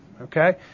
Okay